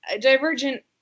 Divergent